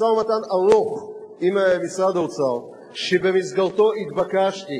שמייצרים אשלג, והפסולת התעשייתית,